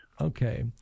Okay